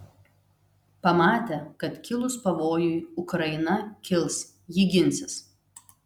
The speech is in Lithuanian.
pamatė kad kilus pavojui ukraina kils ji ginsis